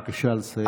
בבקשה לסיים.